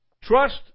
trust